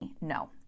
no